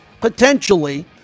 potentially